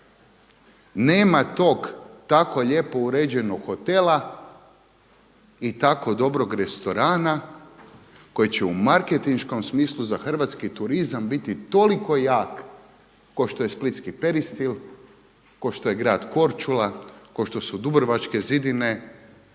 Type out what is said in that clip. Nema tog tako lijepo uređenog hotela i tako dobrog restorana koji će u marketinškom smislu za hrvatski turizam biti toliko jak kao što je splitski peristil, kao što je grad Korčula, kao što su dubrovačke zidine,